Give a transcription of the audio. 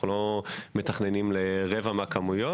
אנחנו לא מתכוננים לרבע מהכמויות.